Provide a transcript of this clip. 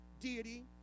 deity